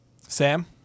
Sam